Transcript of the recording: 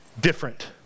different